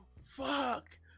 fuck